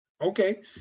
Okay